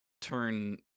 turn